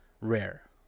rare